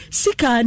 sika